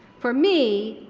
for me,